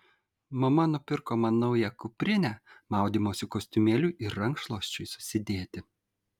mama nupirko man naują kuprinę maudymosi kostiumėliui ir rankšluosčiui susidėti